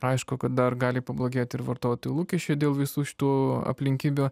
aišku kad dar gali pablogėti ir vartotojų lūkesčiai dėl visų šitų aplinkybių